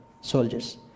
soldiers